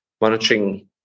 monitoring